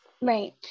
Right